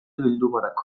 bildumarako